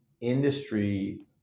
industry